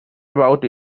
about